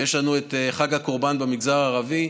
ויש לנו את חג הקורבן במגזר הערבי.